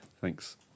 Thanks